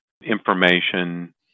information